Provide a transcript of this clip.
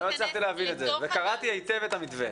לא הצלחתי להבין את זה וקראתי היטב את המתווה.